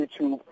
YouTube